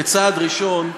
כצעד ראשון,